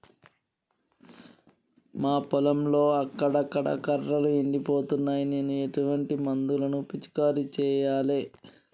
మా పొలంలో అక్కడక్కడ కర్రలు ఎండిపోతున్నాయి నేను ఎటువంటి మందులను పిచికారీ చెయ్యాలే?